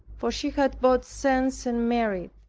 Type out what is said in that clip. for she had both sense and merit.